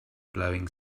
blowing